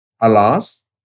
alas